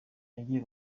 nagiye